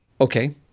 Okay